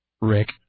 Rick